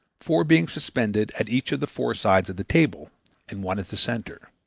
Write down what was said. four being suspended at each of the four sides of the table and one at the center.